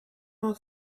not